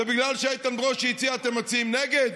שבגלל שאיתן ברושי הציע אתם מצביעים נגד?